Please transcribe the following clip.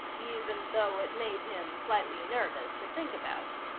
even though it made him slightly nervous to think about.